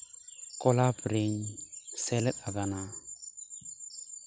club ᱨᱤᱧ ᱥᱮᱞᱮᱫ ᱟᱠᱟᱱᱟ